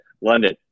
London